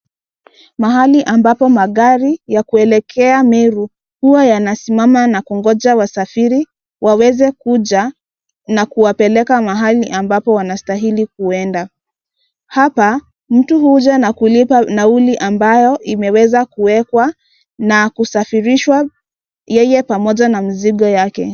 Mahali ambapo magari ya kuelekea Meru huwa yanasimama na kungoja wasafiri waweze kuja na kuwapeleka mahali ambapo wanastahili kuenda. Hapa mtu huja na kulipa nauli ambayo imeweza kuwekwa na kusafirishwa yeye pamoja na mzigo wake.